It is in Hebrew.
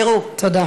תודה.